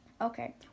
Okay